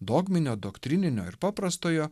dogminio doktrininio ir paprastojo